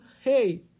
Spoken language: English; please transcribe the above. hey